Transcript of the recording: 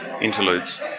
interludes